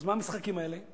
אז מה המשחקים האלה?